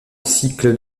cycles